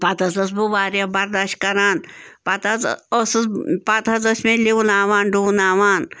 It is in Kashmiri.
پَتہٕ حظ ٲسٕس بہٕ واریاہ برداشت کَران پَتہٕ حظ ٲسٕس پَتہٕ حظ ٲسۍ مےٚ لِوناوان ڈوٗناوان